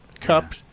cup